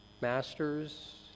Masters